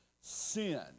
Sin